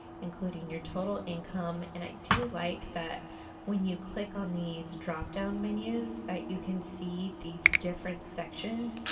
including your total income. and i do like that when you click on these dropdown menus that you can see these different sections.